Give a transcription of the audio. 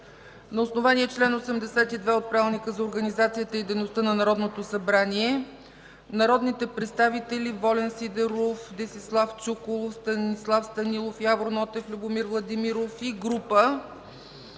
на основание чл. 82 от Правилника за организацията и дейността на Народното събрание народните представители Волен Сидеров, Десислав Чуколов, Станислав Станилов, Явор Нотев, Любомир Владимиров и група